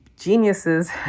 geniuses